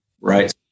right